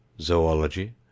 zoology